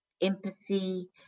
empathy